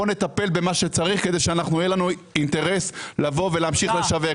בואו נטפל במה שצריך כדי שיהיה לנו אינטרס לבוא ולהמשיך לשווק.